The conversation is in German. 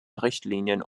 richtlinien